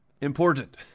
important